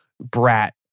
brat